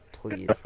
Please